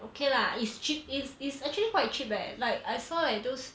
okay lah it's cheap it's it's actually quite cheap leh like I saw like those